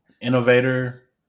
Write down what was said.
Innovator